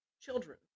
children